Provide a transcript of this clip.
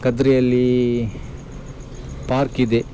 ಕದ್ರಿಯಲ್ಲಿ park ಇದೆ